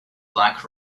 black